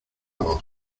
voz